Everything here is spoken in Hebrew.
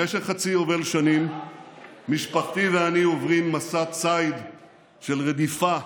במשך חצי יובל שנים משפחתי ואני עוברים מסע ציד של רדיפה,